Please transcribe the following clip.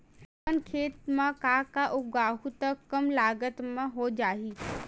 अपन खेत म का का उगांहु त कम लागत म हो जाही?